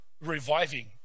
reviving